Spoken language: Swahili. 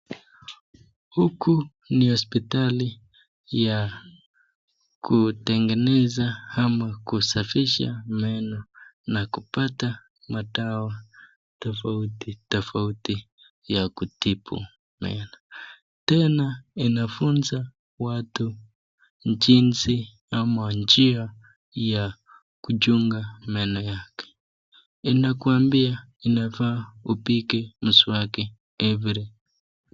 Huku ni hospitali ya kutengeneza ama kusafisha meno na kupata madawa tofauti tofauti ya kutibu meno. Tena inafunza watu jinsi ama njia ya kuchunga meno yake. Inakuambia inafaa upige mswaki every